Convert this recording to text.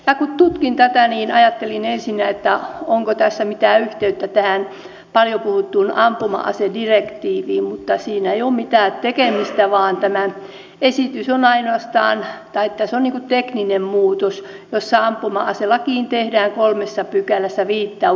kun tutkin tätä niin ajattelin ensinnä että onko tässä mitään yhteyttä tähän paljon puhuttuun ampuma asedirektiiviin mutta sillä ei ole mitään tekemistä vaan tämä esitys on ainoastaan tekninen muutos jossa ampuma aselakiin tehdään kolmeen pykälään viittaus eun deaktivointiasetukseen